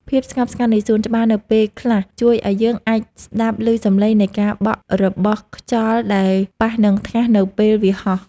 ភាពស្ងប់ស្ងាត់នៃសួនច្បារនៅពេលខ្លះជួយឱ្យយើងអាចស្ដាប់ឮសំឡេងនៃការបក់របស់ខ្យល់ដែលប៉ះនឹងថាសនៅពេលវាហោះ។